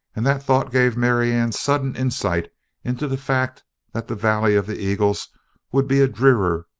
and that thought gave marianne sudden insight into the fact that the valley of the eagles would be a drear,